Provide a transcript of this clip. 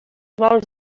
vols